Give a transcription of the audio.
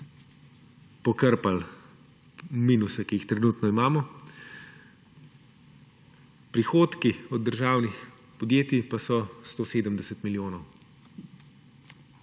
pokrpal minuse, ki jih trenutno imamo. Prihodki od državnih podjetij pa so 170 milijonov.